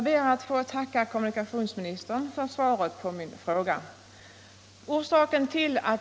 Herr talman!